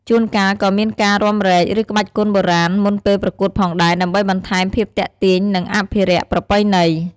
ជួនកាលក៏មានការរាំរែក ឬក្បាច់គុណបុរាណមុនពេលប្រកួតផងដែរ ដើម្បីបន្ថែមភាពទាក់ទាញ និងអភិរក្សប្រពៃណី។